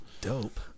Dope